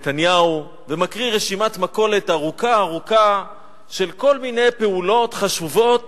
נתניהו ומקריא רשימת מכולת ארוכה-ארוכה של כל מיני פעולות חשובות